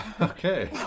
Okay